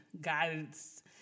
guidance